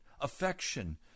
affection